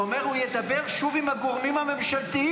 הוא אומר: הוא ידבר שוב עם הגורמים הממשלתיים.